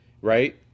right